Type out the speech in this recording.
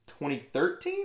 2013